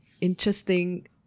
interesting